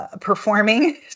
performing